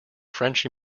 french